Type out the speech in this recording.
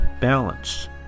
balance